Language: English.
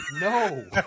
No